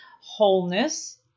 Wholeness